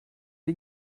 die